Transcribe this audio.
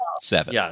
seven